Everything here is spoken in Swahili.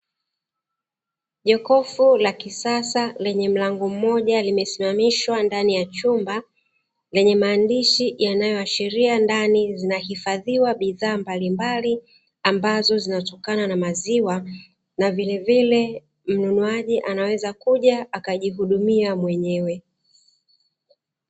Jokofu la kisasa lenye mlango mmoja, limesimamishwa ndani ya chumba lenye maandishi yanayoashiria ndani zinahifadhiwa bidhaa mbalimbali, ambazo zinatokana na maziwa na vilevile mnunuaji anaweza kuja akajihudumia mwenyewe.